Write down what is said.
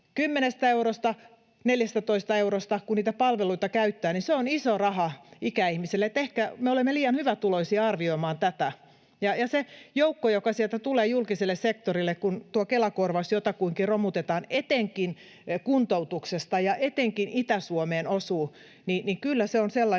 14 eurosta, kun niitä palveluita käyttää, niin se on iso raha ikäihmisille. Ehkä me olemme liian hyvätuloisia arvioimaan tätä. Se joukko, joka sieltä tulee julkiselle sektorille, kun tuo Kela-korvaus jotakuinkin romutetaan, tulee etenkin kuntoutuksesta ja osuu etenkin Itä-Suomeen. Kyllä se on sellainen